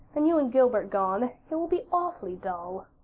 and you and gilbert gone it will be awfully dull.